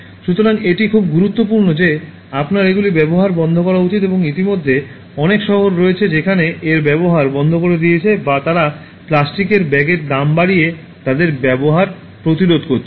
সুতরাং এটি খুব গুরুত্বপূর্ণ যে আপনার এগুলি ব্যবহার বন্ধ করা উচিত এবং ইতিমধ্যে অনেক শহর রয়েছে যেখানে এর ব্যবহার বন্ধ করে দিয়েছে বা তারা প্লাস্টিকের ব্যাগের দাম বাড়িয়ে তাদের ব্যবহার প্রতিরোধ করছে